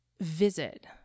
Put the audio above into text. visit